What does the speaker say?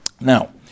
Now